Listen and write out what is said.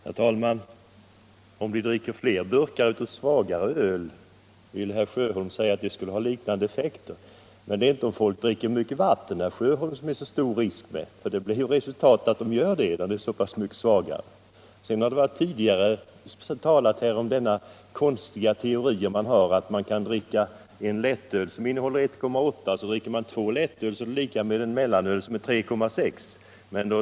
Herr talman! Om vi dricker fler burkar av ett svagare öl skulle det ha liknande effekt som färre burkar mellanöl, vill herr Sjöholm påstå. Men det är inte stor risk med att folk dricker mycket vatten, herr Sjöholm. Resultatet är ju att de gör det när ölet blir så pass mycket svagare. Tidigare har man anfört den konstiga teorin att om man dricker två lättöl som innehåller 1,8 96 så får det samma effekt som om man dricker en mellanöl som innehåller 3,6 96.